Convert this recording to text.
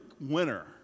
winner